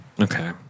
Okay